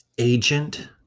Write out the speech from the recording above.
Agent